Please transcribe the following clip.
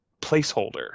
placeholder